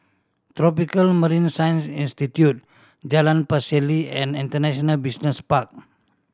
Tropical Marine Science Institute Jalan Pacheli and International Business Park